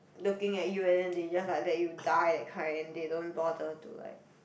looking at you and then they just like let you die that kind they don't bother to like